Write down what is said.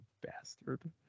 bastard